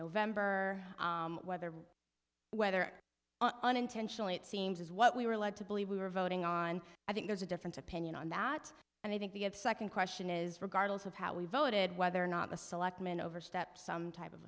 november whether whether unintentionally it seems as what we were led to believe we were voting on i think there's a different opinion on that and i think the second question is regardless of how we voted whether or not the selectmen overstepped some type of